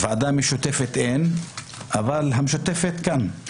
ועדה משותפת אין, אבל המשותפת כאן.